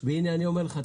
והנה אני אומר לך,